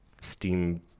steam